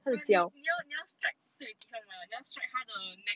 but 你你要你要 swipe 别的地方嘛你要 swipe 它的 neck